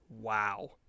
Wow